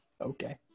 Okay